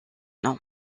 nom